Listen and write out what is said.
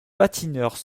patineurs